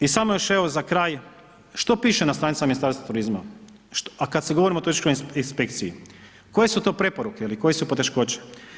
I samo još evo za kraj, što piše na stranicama Ministarstva turizma, a kad se govorimo o turističkoj inspekciji, koje su to preporuke ili koje su poteškoće?